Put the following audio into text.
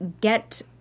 get